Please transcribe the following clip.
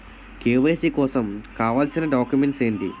KYC కోసం కావాల్సిన documents ఎంటి?